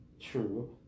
True